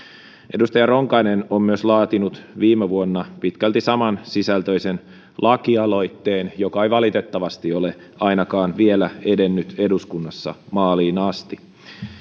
edustaja ronkainen on myös laatinut viime vuonna pitkälti samansisältöisen lakialoitteen joka ei valitettavasti ole ainakaan vielä edennyt eduskunnassa maaliin asti